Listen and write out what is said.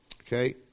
Okay